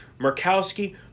Murkowski